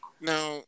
Now